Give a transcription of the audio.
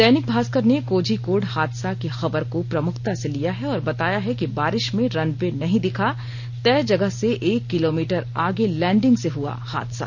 दैनिक भास्कर ने कोझीकोड हादसा की खबर को प्रमुखता से लिया है और बताया है कि बारिश में रन वे नहीं दिखा तय जगह से एक किलोमीटर आगे लैंडिंग से हुआ हादसा